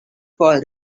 for